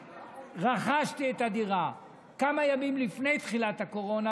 שרכשתי את הדירה כמה ימים לפני תחילת הקורונה,